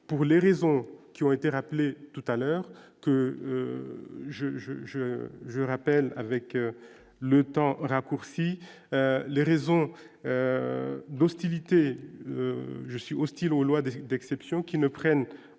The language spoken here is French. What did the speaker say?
pour les raisons qui ont été rappelé tout à l'heure que je, je, je, je rappelle, avec le temps, raccourci les raisons d'hostilité, je suis hostile aux lois d'exception qui ne prennent